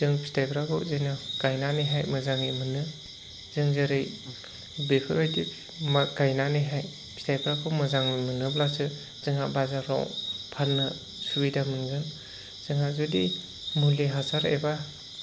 जों फिथाइफोरखौ जेन गायनानैहाय मोजाङै मोनो जों जेरै बेफोरबायदि गायनानैहाय फिथाइफोरखौ मोजां मोनोब्लासो जोंहा बाजाराव फाननो सुबिदा मोनगोन जोंहा जुदि मुलि हासार एबा